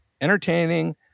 entertaining